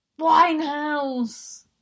Winehouse